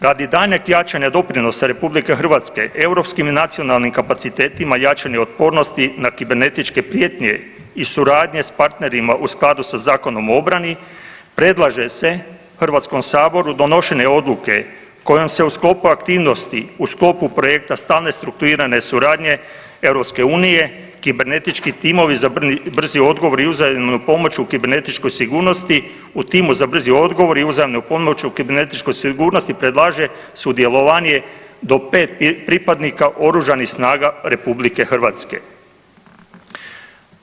Radi daljnjeg jačanja doprinosa RH, europskim i nacionalnim kapacitetima jačanja otpornosti na kibernetičke prijetnje i suradnje s partnerima u skladu sa Zakonom o obrani, predlaže se HS-u donošenje odluke kojom se u sklopu aktivnosti u sklopu projekta Stalne strukturirane suradnje EU, kibernetički timovi za brzi odgovor i uzajamnu pomoć u kibernetičkoj sigurnosti, u timu za brzi odgovor i uzajamnu pomoć u kibernetičkoj sigurnosti predlaže sudjelovanje do 5 pripadnika OSRH-a.